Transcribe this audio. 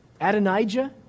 Adonijah